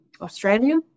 Australia